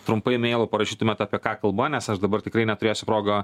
trumpai meilu parašytumėt apie ką kalba nes aš dabar tikrai neturėsiu proga